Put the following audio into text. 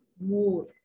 more